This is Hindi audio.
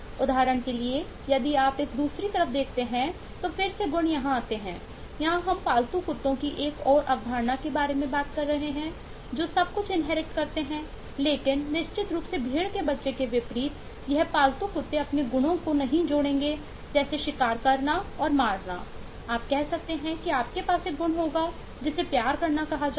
उदाहरण के लिए यदि आप इस दूसरी तरफ देखते हैं तो फिर से गुण यहाँ आते हैं यहाँ हम पालतू कुत्तों की एक और अवधारणा के बारे में बात कर रहे हैं जो सब कुछ इन्हेरिट की एक अंतर्निहित आवश्यकता है